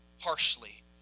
harshly